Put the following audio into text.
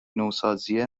نوسازی